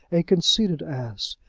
a conceited ass,